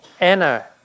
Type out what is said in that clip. Anna